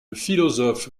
philosophe